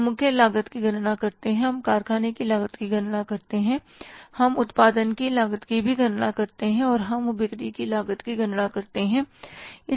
हम मुख्य लागत की गणना करते हैं हम कारखाने की लागत की गणना करते हैं हम उत्पादन की लागत की गणना करते हैं और हम बिक्री की लागत की गणना करते हैं